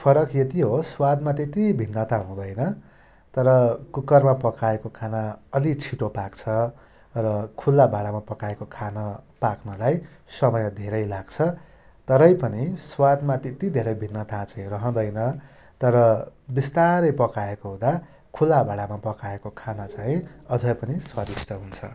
फरक यति होस् स्वादमा त्यति भिन्नता हुँदैन तर कुकरमा पकाएको खाना अलि छिटो पाक्छ र खुल्ला भाँडामा पकाएको खाना पाक्नलाई समय धेरै लाग्छ तरै पनि स्वादमा त्यत्ति धेरै भिन्नता चाहिँ रहँदैन तर बिस्तारै पकाएको हुँदा खुल्ला भाँडामा पकाएको खाना चाहिँ अझै पनि स्वादिष्ट हुन्छ